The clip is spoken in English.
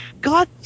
God